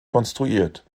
konstruiert